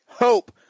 hope